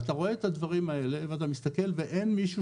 אתה רואה את הדברים האלה ואתה מסתכל ואין מישהו